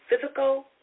physical